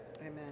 Amen